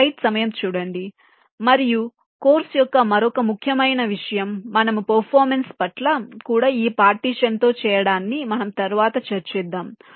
slide సమయం చూడండి 3253 మరియు కోర్సు యొక్క మరొక ముఖ్యమైన విషయం మనము పెర్ఫార్మన్స్ పట్ల కూడా ఈ పార్టిషన్ తో చేయడాన్ని మనం తరువాత చర్చిద్దాము